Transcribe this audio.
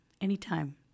Anytime